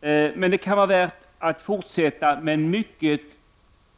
Det kan vara värt att pröva, men mycket